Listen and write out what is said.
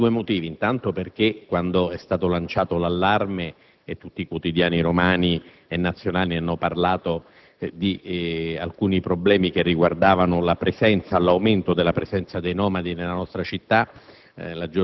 per l'interno. Quando è stato lanciato l'allarme e tutti i quotidiani romani e nazionali hanno parlato di alcuni problemi che riguardavano l'aumento della presenza dei nomadi nella nostra città,